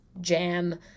jam